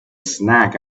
snack